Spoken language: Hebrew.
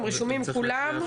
רשומים כולם,